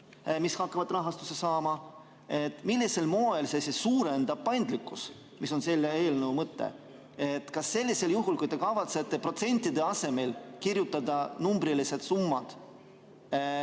mis hakkavad rahastust saama. Millisel moel see siis suurendab paindlikkust, mis on selle eelnõu mõte? Kas see, kui te kavatsete protsentide asemel kirjutada numbrilised summad,